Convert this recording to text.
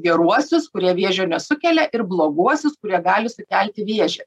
geruosius kurie vėžio nesukelia ir bloguosius kurie gali sukelti vėžį